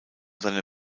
seine